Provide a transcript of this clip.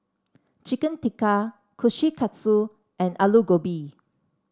Chicken Tikka Kushikatsu and Alu Gobi